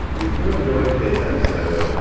if you enjoyed today's episode,